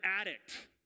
addict